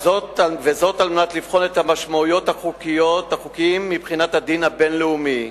וזאת על מנת לבחון את משמעויות החוקים מבחינת הדין הבין-לאומי.